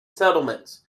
settlements